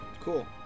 Cool